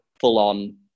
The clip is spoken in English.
full-on